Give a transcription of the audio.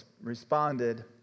responded